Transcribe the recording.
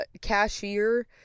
cashier